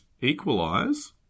equalise